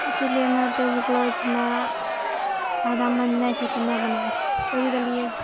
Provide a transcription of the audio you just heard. इसिलियै हमे टेबुल क्लोथमे फायदामन्द नहि छै तऽ नहि बनाबै छियै छोड़ि देलियै